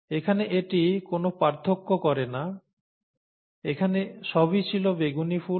এখানে এটি কোনও পার্থক্য করে না এখানে সবই ছিল বেগুনি ফুল